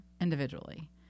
individually